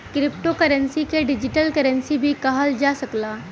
crypto currency के digital currency भी कहल जा सकला